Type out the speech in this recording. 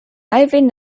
alwin